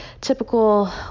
typical